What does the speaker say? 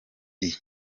yiga